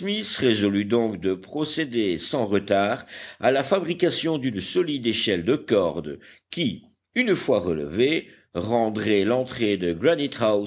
résolut donc de procéder sans retard à la fabrication d'une solide échelle de corde qui une fois relevée rendrait l'entrée de